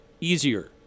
easier